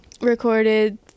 recorded